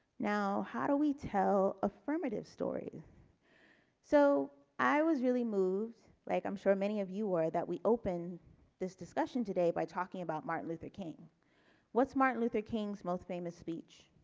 now how do we tell affirmative story so i was really moved like i'm sure many of you are that we open this discussion today by talking about martin luther king was martin luther king's most famous speech